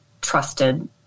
trusted